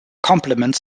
complements